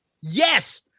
Yes